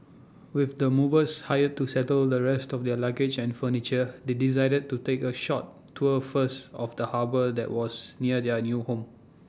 with the movers hired to settle the rest of their luggage and furniture they decided to take A short tour first of the harbour that was near their new home